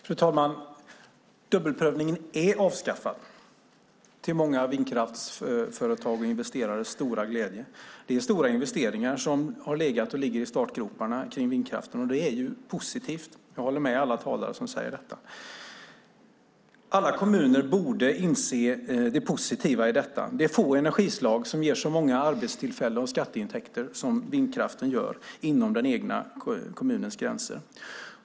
Fru talman! Dubbelprövningen är avskaffad till många vindkraftsföretags och investerares glädje. Det är stora investeringar som har legat och ligger i startgroparna för vindkraften, och det är positivt. Jag håller med alla talare som säger detta. Alla kommuner borde inse det positiva i detta. Det är få energislag som ger så många arbetstillfällen och skatteintäkter som vindkraften gör inom den egna kommunens gränser.